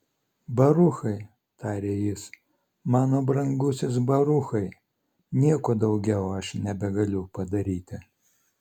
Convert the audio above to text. baruchai tarė jis mano brangusis baruchai nieko daugiau aš nebegaliu padaryti